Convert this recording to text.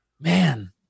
Man